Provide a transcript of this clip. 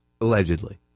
allegedly